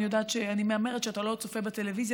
אני מהמרת שאתה לא צופה בטלוויזיה,